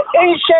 ancient